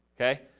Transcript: okay